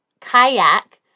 kayak